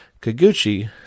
Kaguchi